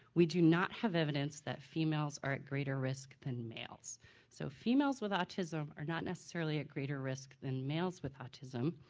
we do not have evidence that females are at greater risk than males so females with autism are not necessarily at greater risk than males with autism.